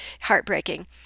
heartbreaking